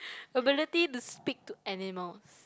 ability to speak to animals